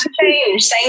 change